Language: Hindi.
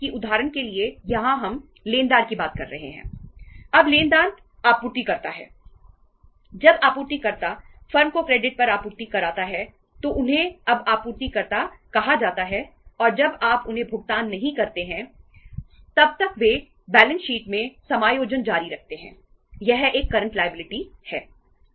इसी तरह हमारे पास देय बिल हैं